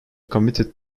committed